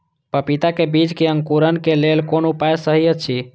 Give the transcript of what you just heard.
पपीता के बीज के अंकुरन क लेल कोन उपाय सहि अछि?